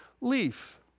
leaf